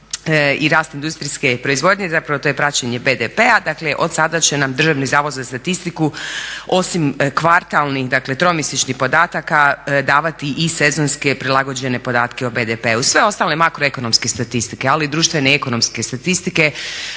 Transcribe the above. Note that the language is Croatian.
i rast industrijske proizvodnje, zapravo to je praćenje BDP-a. Dakle, od sada će nam Državni zavod za statistiku osim kvartalnih, tromjesečnih podataka davati i sezonske, prilagođene podatke o BDP-u. Sve ostale makro ekonomske statistike, ali i društvene i ekonomske statistike